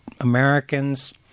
Americans